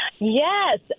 Yes